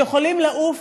שיכולים לעוף,